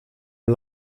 hem